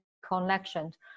connections